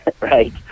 right